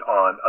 on